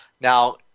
Now